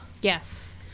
yes